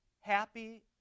happy